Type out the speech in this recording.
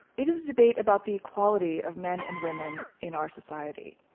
it is a debate about the equality of men and women in our society.